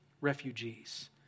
refugees